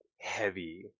heavy